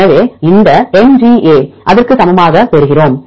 எனவே இந்த எம்ஜிஏவை அதற்கு சமமாகப் பெறுகிறோம்